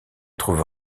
trouve